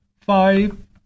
five